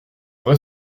vrai